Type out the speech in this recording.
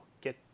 get